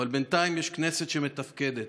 אבל בינתיים יש כנסת שמתפקדת: